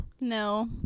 no